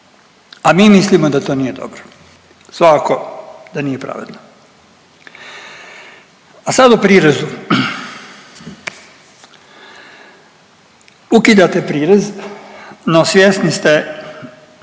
a mi mislimo da to nije dobro. Svakako da nije pravedno. A sad o prirezu. Ukidate prirez, no svjesni ste